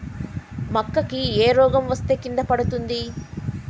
మక్కా కి ఏ రోగం వస్తే కింద పడుతుంది?